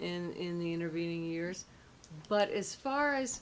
in the intervening years but as far as